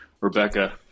Rebecca